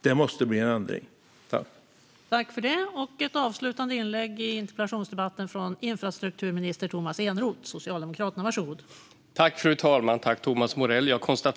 Det måste bli en ändring på detta.